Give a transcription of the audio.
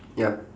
ya